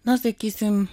na sakysim